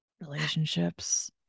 relationships